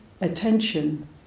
attention